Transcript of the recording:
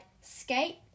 skate